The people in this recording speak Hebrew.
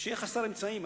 ושיהיה חסר אמצעים,